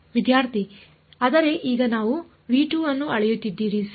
ವಿದ್ಯಾರ್ಥಿ ಆದರೆ ಈಗ ನೀವು ಅನ್ನು ಅಳೆಯುತ್ತಿದ್ದೀರಿ ಸರಿ